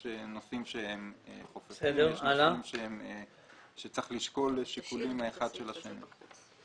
נושאים חופפים ויש נושאים שצריך לשקול שיקולים האחד של השני.